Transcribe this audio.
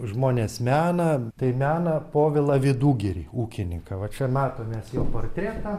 žmonės mena tai mena povilą vidugirį ūkininką va čia matom mes jo portretą